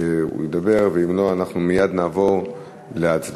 הוא ידבר, ואם לא, אנחנו מייד נעבור להצבעה.